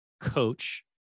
coach